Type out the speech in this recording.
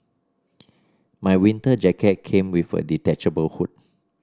my winter jacket came with a detachable hood